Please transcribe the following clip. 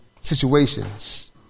situations